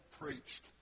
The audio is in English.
preached